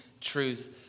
truth